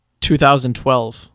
2012